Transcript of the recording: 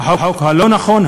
החוק הלא-נכון,